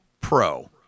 Pro